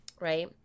Right